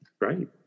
Right